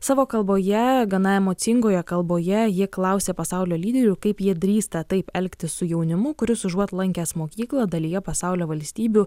savo kalboje gana emocingoje kalboje ji klausė pasaulio lyderių kaip jie drįsta taip elgtis su jaunimu kuris užuot lankęs mokyklą dalyje pasaulio valstybių